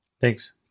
Thanks